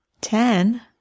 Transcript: Ten